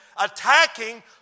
attacking